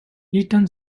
eaton